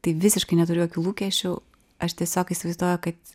tai visiškai neturiu jokių lūkesčių aš tiesiog įsivaizduoju kad